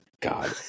God